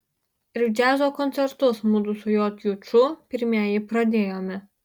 ir džiazo koncertus mudu su j juču pirmieji pradėjome